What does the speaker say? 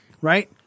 Right